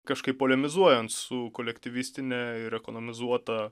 kažkaip polemizuojant su kolektyvistine ir ekonomizuota